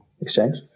Exchange